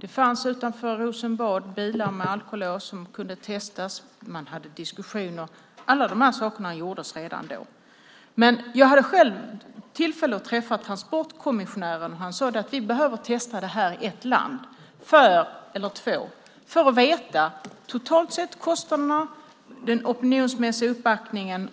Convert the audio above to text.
Det fanns bilar med alkolås utanför Rosenbad som kunde testas, och man hade diskussioner. Alla dessa saker gjordes redan då. Jag hade själv tillfälle att träffa transportkommissionären. Han sade: Vi behöver testa detta i ett land eller två för att veta kostnaderna totalt sett och se den opinionsmässiga uppbackningen.